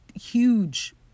huge